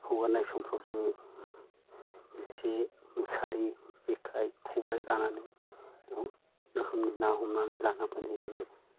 हगारनाय समाफ्राव जोङो जे मुसारि जेखाइ खबाइ लानानै बहुत रोखोमनि ना हमनानै लाना फैनाय जायो